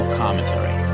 commentary